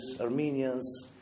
Armenians